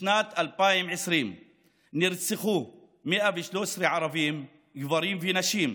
בשנת 2020 נרצחו 113 ערבים, גברים ונשים,